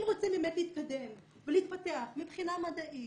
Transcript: אם רוצים באמת להתקדם ולהתפתח מבחינה מדעית,